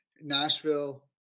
Nashville